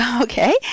Okay